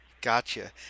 Gotcha